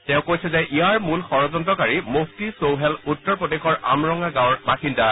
তেওঁ কৈছিল যে ইয়াৰ মূল ষড়যন্নকাৰী মুফটি চৌহেল উত্তৰ প্ৰদেশৰ আমৰঙ্গা গাঁৱৰ বাসিন্দা